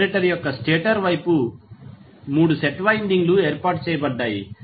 generator యొక్క stator వైపు 3 set వైండింగ్లు ఏర్పాటు చేయబడ్డాయి